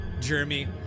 Jeremy